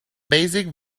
basic